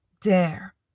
Dare